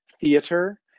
theater